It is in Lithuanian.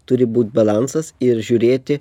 turi būt balansas ir žiūrėti